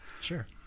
Sure